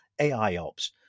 AIOps